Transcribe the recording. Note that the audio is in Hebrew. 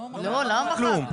לא מחקנו כלום.